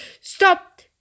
Stop